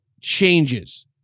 changes